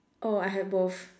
oh I have both